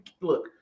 look